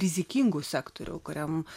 rizikingų sektorių kuriam